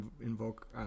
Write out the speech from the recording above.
invoke